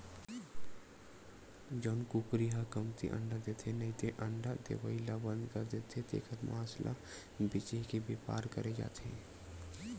जउन कुकरी ह कमती अंडा देथे नइते अंडा देवई ल बंद कर देथे तेखर मांस ल बेचे के बेपार करे जाथे